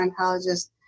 oncologist